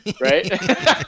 Right